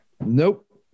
nope